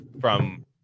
from-